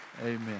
Amen